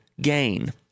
gain